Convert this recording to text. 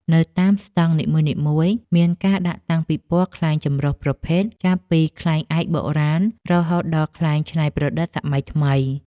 នៅតាមស្ដង់នីមួយៗ មានការដាក់តាំងពិព័រណ៍ខ្លែងចម្រុះប្រភេទ ចាប់ពីខ្លែងឯកបុរាណ រហូតដល់ខ្លែងច្នៃប្រឌិតសម័យថ្មី។